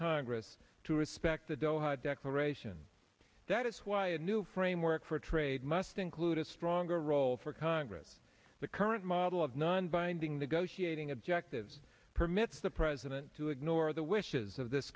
congress to respect the doha declaration that is why a new framework for trade must include a stronger role for congress the current model of non binding the goshi ating objectives permits the president to ignore the wishes of this